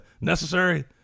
Necessary